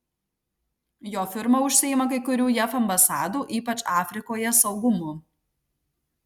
jo firma užsiima kai kurių jav ambasadų ypač afrikoje saugumu